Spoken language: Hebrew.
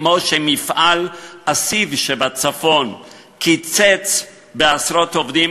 כמו שמפעל הסיד שבצפון קיצץ עשרות עובדים